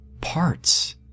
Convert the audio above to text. parts